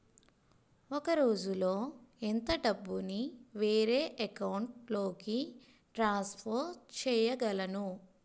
ఒక రోజులో ఎంత డబ్బుని వేరే అకౌంట్ లోకి ట్రాన్సఫర్ చేయగలను?